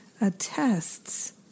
attests